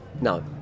No